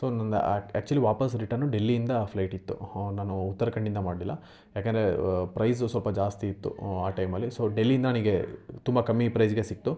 so ನನ್ನ actually ವಾಪಸ್ return ಡೆಲ್ಲಿಯಿಂದ ಫ್ಲೈಟ್ ಇತ್ತು ಹೋ ನಾನು ಉತ್ತರಾಖಂಡಿಂದ ಮಾಡಲಿಲ್ಲ ಯಾಕೆಂದರೆ ಪ್ರೈಸು ಸ್ವಲ್ಪ ಜಾಸ್ತಿ ಇತ್ತು ಆ ಟೈಮಲ್ಲಿ ಸೊ ಡೆಲ್ಲೀದು ನನಗೆ ತುಂಬ ಕಮ್ಮಿ ಪ್ರೈಸ್ಗೆ ಸಿಕ್ತು